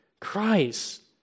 Christ